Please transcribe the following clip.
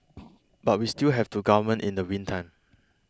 but we still have to govern in the meantime